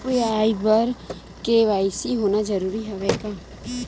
UPI बर KYC होना जरूरी हवय का?